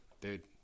dude